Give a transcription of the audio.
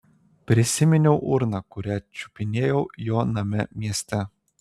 prisiminiau urną kurią čiupinėjau jo name mieste